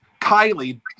Kylie